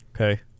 Okay